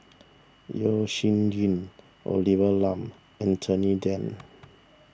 Yeo Shih Yun Olivia Lum Anthony then